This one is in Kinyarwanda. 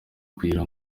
kugira